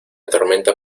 tormenta